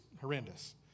horrendous